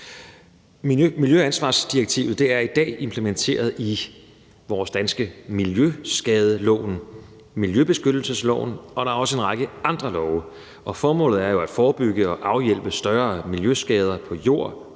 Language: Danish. Miljøansvarsdirektivet er i dag implementeret i vores danske miljøskadelov, miljøbeskyttelsesloven, og det gælder også en række andre love. Formålet er jo at forebygge og afhjælpe større miljøskader på jord,